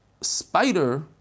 spider